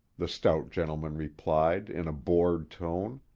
the stout gentleman replied in a bored tone.